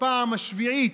בפעם השביעית,